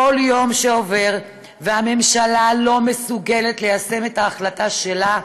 כל יום שעובר והממשלה לא מסוגלת ליישם את ההחלטה שלה,